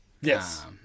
Yes